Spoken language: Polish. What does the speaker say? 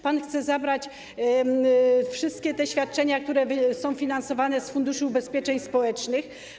Pan chce zabrać wszystkie te świadczenia, które są finansowane z Funduszu Ubezpieczeń Społecznych.